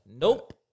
nope